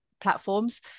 platforms